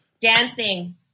Dancing